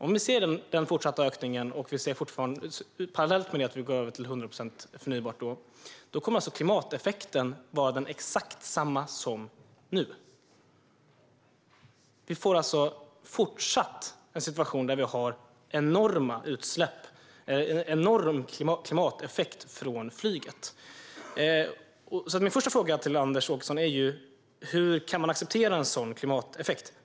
Om vi ser denna fortsatta ökning parallellt med att vi går över till 100 procent förnybart kommer klimateffekten att vara exakt densamma som nu. Vi får alltså fortsatt en situation där vi har enorma utsläpp och en enorm klimateffekt från flyget. Min första fråga till Anders Åkesson är: Hur kan man acceptera en sådan klimateffekt?